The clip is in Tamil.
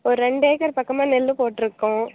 ஒரு ரெண்டு ஏக்கர் பக்கமாக நெல் போட்டுருக்கோம்